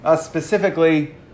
specifically